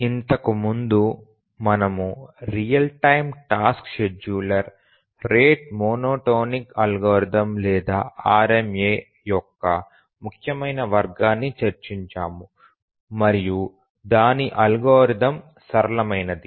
ఇంతకు ముందు మనము real time task scheduler rate monotonic algorithm లేదా RMA యొక్క ముఖ్యమైన వర్గాన్ని చర్చించాము మరియు దాని అల్గోరిథం సరళమైనది